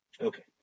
Okay